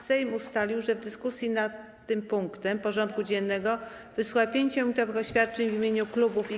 Sejm ustalił, że w dyskusji nad tym punktem porządku dziennego wysłucha 5-minutowych oświadczeń w imieniu klubów i koła.